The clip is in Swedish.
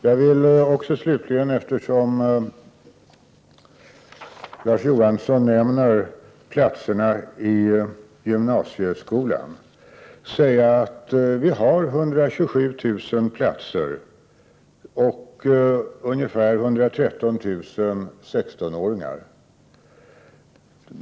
Jag vill slutligen, eftersom Larz Johansson nämnde platserna i gymnasieskolan, också säga att vi har 127 000 platser i gymnasieskolan och att det finns ungefär 113 000 16-åringar.